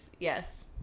yes